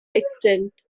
extent